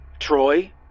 Troy